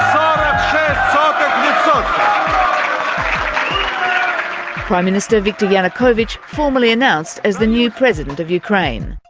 um prime minister viktor yanukovych formally announced as the new president of ukraine.